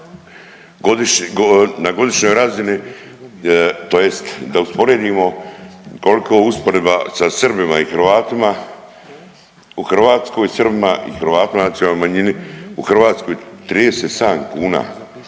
na godišnjoj razini tj. da usporedimo koliko je usporedba sa Srbima i Hrvatima u Hrvatskoj i Srbima i Hrvatima i nacionalnoj manjini u Hrvatskoj, 37 kuna